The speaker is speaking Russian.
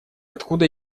откуда